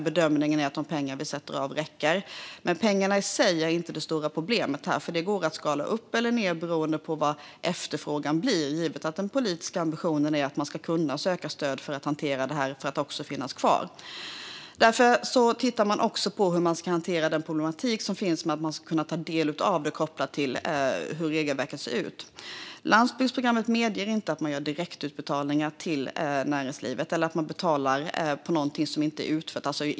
Bedömningen är att de pengar vi sätter av räcker. Pengarna i sig är dock inte det stora problemet här. Det går att skala upp eller ned beroende på vilken efterfrågan blir, givet att den politiska ambitionen är att stöd ska kunna sökas för att hantera detta och för att kunna finnas kvar. Därför tittar man också på hur man ska hantera den problematik som finns när det gäller att ta del av stödet, kopplat till hur regelverket ser ut. Landsbygdsprogrammet medger inte direktutbetalningar till näringslivet eller betalning i förväg för något som inte är utfört.